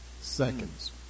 seconds